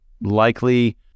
likely